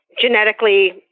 genetically